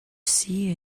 see